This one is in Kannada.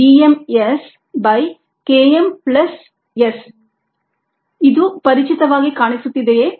rPpuv v vm SKmS ಇದು ಪರಿಚಿತವಾಗಿ ಕಾಣಿಸುತ್ತಿದೆಯೇ